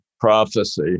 prophecy